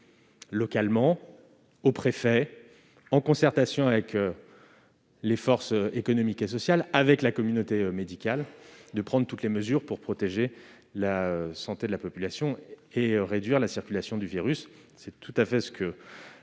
localement au préfet, en concertation avec les forces économiques et sociales et la communauté médicale, de prendre toutes les mesures pour protéger la santé de la population et réduire la circulation du virus. C'est ce qu'a fait le